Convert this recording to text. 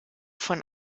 von